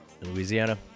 Louisiana